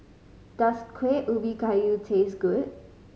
does Kueh Ubi Kayu taste good